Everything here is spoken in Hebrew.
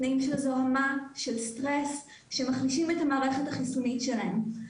זוהמה ולחץ שמחלישים את המערכת החיסונית שלהם.